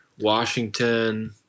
Washington